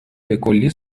بکلی